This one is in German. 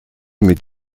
mit